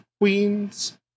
queens